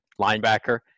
linebacker